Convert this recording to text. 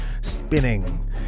spinning